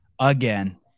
again